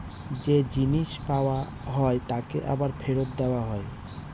যে জিনিস পাওয়া হয় তাকে আবার ফেরত দেওয়া হয়